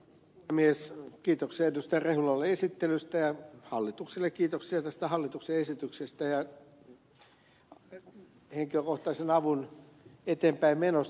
rehulalle esittelystä ja hallitukselle kiitoksia tästä hallituksen esityksestä ja henkilökohtaisen avun eteenpäinmenosta